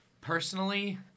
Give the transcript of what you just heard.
Personally